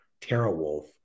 TerraWolf